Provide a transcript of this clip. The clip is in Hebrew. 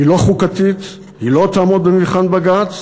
היא לא חוקתית, היא לא תעמוד במבחן בג"ץ.